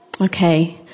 Okay